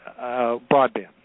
broadband